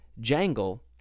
jangle